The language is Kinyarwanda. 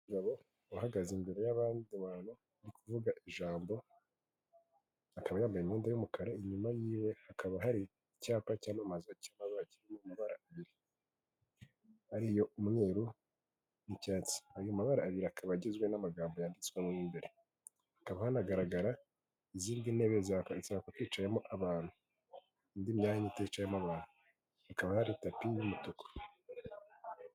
Umugabo uhagaze imbere y'abandi bantu bari kuvuga ijambo akaba yambaye imyenda y'umukara inyuma yiwe hakaba hari icyapa cyamamaza ari umweru, n'icyatsi ayo mabara abiri akaba agizwe n'amagambo yanditsetswe imbere hakaba hanagaragara izindi ntebetsap hicayemo abantu indi myanya iticaye amabara ikaba hari tapi y'umutuku.